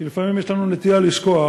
כי לפעמים יש לנו נטייה לשכוח,